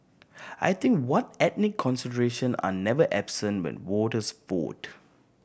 I think what ethnic consideration are never absent when voters vote